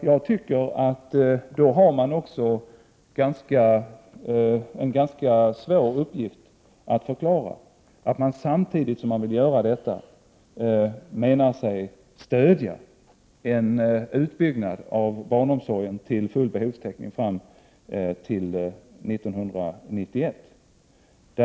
Jag anser att det är en ganska svår uppgift att förklara att man samtidigt som man vill införa vårdnadsbidrag säger sig stödja en utbyggnad av barnomsorgen till full behovstäckning fram till 1991.